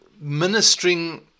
ministering